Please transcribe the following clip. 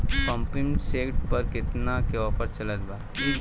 Pumping set पर केतना के ऑफर चलत बा?